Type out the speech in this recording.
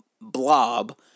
blob